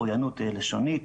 אוריינות לשונית,